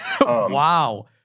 Wow